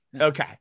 Okay